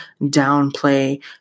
downplay